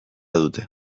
dute